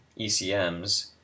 ECMs